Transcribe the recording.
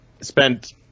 spent